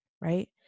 right